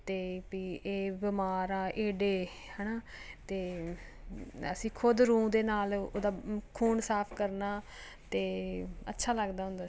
ਅਤੇ ਵੀ ਇਹ ਬਿਮਾਰ ਆ ਇਹ ਡਿੱ ਹੈ ਨਾ ਅਤੇ ਅਸੀਂ ਖੁਦ ਰੂੰ ਦੇ ਨਾਲ ਉਹਦਾ ਖੂਨ ਸਾਫ਼ ਕਰਨਾ ਅਤੇ ਅੱਛਾ ਲੱਗਦਾ ਹੁੰਦਾ ਸੀ